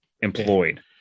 employed